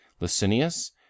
Licinius